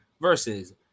versus